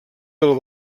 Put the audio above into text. del